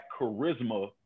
charisma